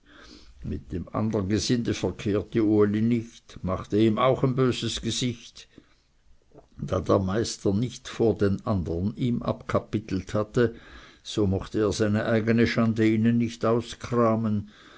mit dem andern gesinde verkehrte uli nicht machte ihm auch ein böses gesicht da der meister nicht vor den andern ihm abkapitelt hatte so mochte er seine eigene schande ihnen nicht auskramen